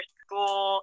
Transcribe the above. school